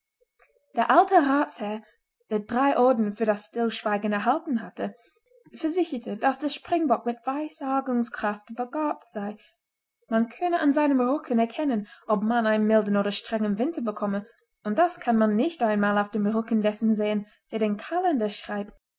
der alte ratsherr der drei orden für das stillschweigen erhalten hatte versicherte daß der springbock mit weissagungskraft begabt sei man könne an seinem rücken erkennen ob man einen milden oder strengen winter bekomme und das kann man nicht einmal auf dem rücken dessen sehen der den kalender schreibt